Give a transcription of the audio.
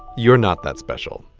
you're not that special.